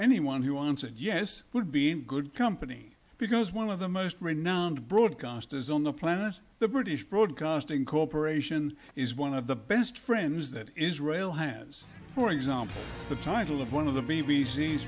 anyone who answered yes would be in good company because one of the most renowned broadcasters on the planet the british broadcasting corporation is one of the best friends that israel hands for example the title of one of the b